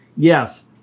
yes